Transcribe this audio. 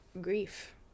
grief